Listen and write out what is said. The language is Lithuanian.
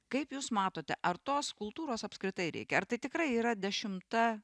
kaip jūs matote ar tos kultūros apskritai reikia ar tai tikrai yra dešimta